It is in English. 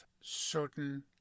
certain